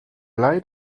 blij